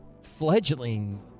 fledgling